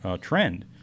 trend